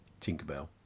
Tinkerbell